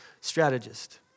strategist